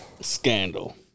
Scandal